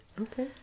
Okay